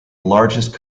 largest